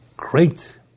great